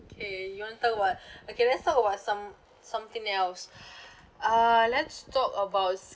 okay you want talk what okay let's talk about some something else uh let's talk about